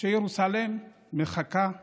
שירוסלם מחכה לבניה,